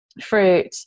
fruit